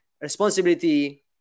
responsibility